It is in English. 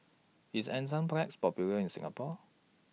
IS Enzyplex Popular in Singapore